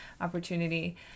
opportunity